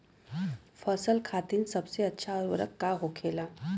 फसल खातीन सबसे अच्छा उर्वरक का होखेला?